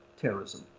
terrorism